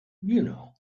you